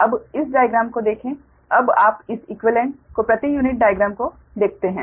अब इस डाइग्राम को देखें अब आप इस इक्वीवेलेंट को प्रति यूनिट डाइग्राम को देखते हैं